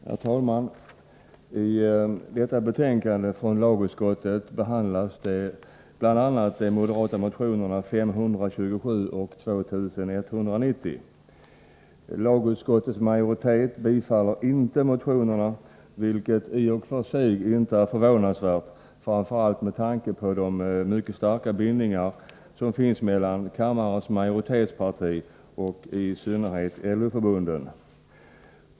Herr talman! I detta betänkande från lagutskottet behandlas bl.a. de moderata motionerna 527 och 2190. Lagutskottets majoritet tillstyrker inte motionerna, vilket i och för sig inte är förvånansvärt, framför allt med tanke på de mycket starka bindningar som finns mellan kammarens majoritetsparti och i synnerhet LO-förbunden.